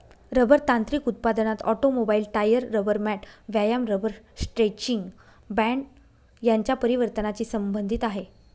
rubber तांत्रिक उत्पादनात automobile, tyre, rubber mat, व्यायाम रबर स्ट्रेचिंग बँड यांच्या परिवर्तनाची संबंधित आहे